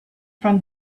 from